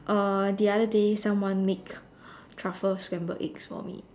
uh the other day someone make truffle scrambled eggs for me